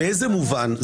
באיזה מובן?